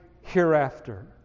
hereafter